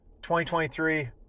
2023